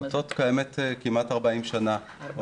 העמותה קיימת כבר 40 שנה.